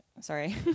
sorry